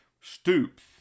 stoops